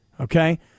Okay